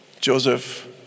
Joseph